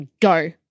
Go